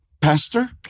pastor